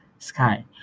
sky